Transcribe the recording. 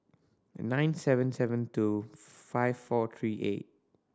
nine seven seven two five four three eight